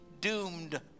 doomed